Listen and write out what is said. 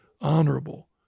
honorable